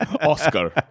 Oscar